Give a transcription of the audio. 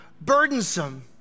burdensome